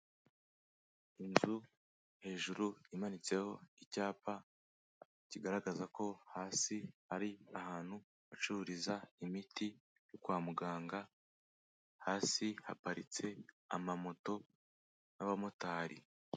Inzu hejuru imanitseho icyapa kigaragaza ko hasi ari ahantu bacururiza imiti kwa muganga, hasi haparitse amamoto n'abamotari.